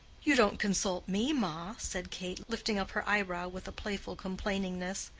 you don't consult me, ma, said kate, lifting up her eyebrow with a playful complainingness.